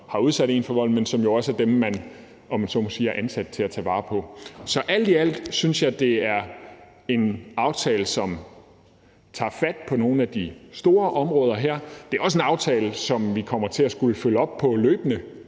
vare på. I nogle situationer kan det være rigtig vanskeligt. Så alt i alt synes jeg, det er en aftale, som tager fat på nogle af de store områder her. Det er også en aftale, som vi kommer til at skulle følge op på løbende